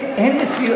אין.